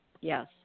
Yes